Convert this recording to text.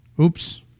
oops